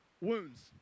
wounds